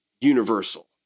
universal